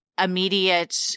immediate